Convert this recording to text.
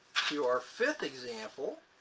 to our fifth example.